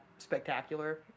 Spectacular